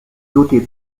dotée